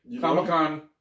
Comic-Con